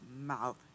mouth